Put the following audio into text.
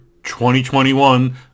2021